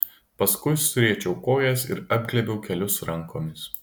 paskui suriečiau kojas ir apglėbiau kelius rankomis